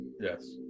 Yes